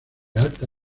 alta